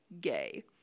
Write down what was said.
gay